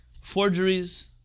forgeries